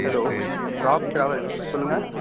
hello Ram travels சொல்லுங்கள்